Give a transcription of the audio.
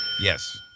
Yes